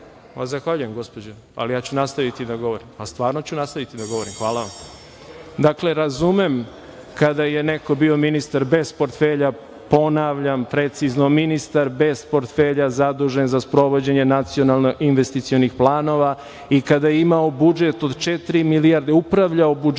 dobacuje.)Zahvaljujem, gospođo, ali ja ću nastaviti da govorim. Ali, stvarno ću nastaviti da govorim. Hvala vam. Dakle, razumem kada je neko bio ministar bez portfelja, ponavljam, precizno ministar bez portfelja zadužen za sprovođenje nacionalno investicionih planova i kada je imao budžet od četiri milijarde, upravljao budžetom